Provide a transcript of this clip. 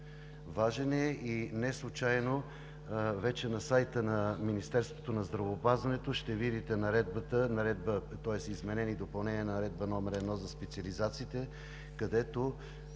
Важен е и неслучайно вече на сайта на Министерството на здравеопазването ще видите изменение и допълнение на Наредба № 1 за специализациите, където